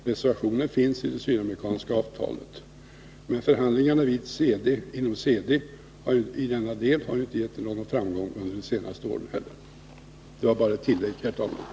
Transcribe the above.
Reservationen finns i det sydamerikanska avtalet, och förhandlingarna inom CD har i denna del inte lett till någon framgång under de senaste åren. Detta var bara ett tillägg, herr talman.